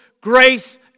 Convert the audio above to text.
grace